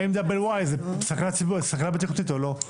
האם דאבל Y זה סכנה בטיחותית או לא.